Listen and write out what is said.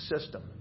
system